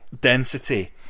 density